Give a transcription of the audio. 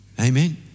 Amen